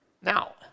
Now